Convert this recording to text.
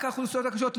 רק האוכלוסיות החלשות.